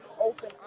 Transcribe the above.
open